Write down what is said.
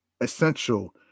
essential